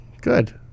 good